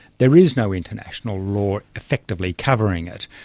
there is no international law effectively covering it.